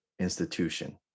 institution